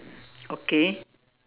okay